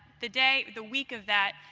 the day, the week of that,